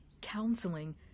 counseling